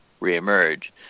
reemerge